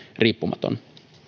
riippumaton